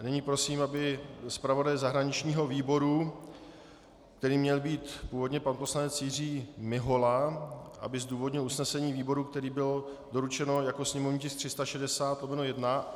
Nyní prosím zpravodaje zahraničního výboru, kterým měl být původně pan poslanec Jiří Mihola, aby zdůvodnil usnesení výboru, které bylo doručeno jako sněmovní tisk 360/1.